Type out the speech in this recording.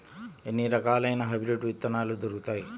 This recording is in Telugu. ఎన్ని రకాలయిన హైబ్రిడ్ విత్తనాలు దొరుకుతాయి?